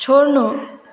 छोड्नु